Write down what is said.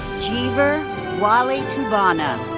jeaver walitubana.